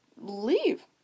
leave